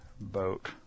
Boat